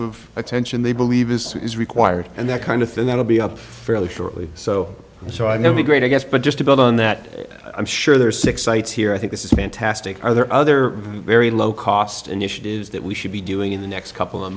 of attention they believe is required and that kind of thing that will be up fairly shortly so so i know a great i guess but just to build on that i'm sure there are six sites here i think this is fantastic are there other very low cost initiatives that we should be doing in the next couple of